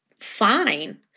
fine